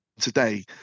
today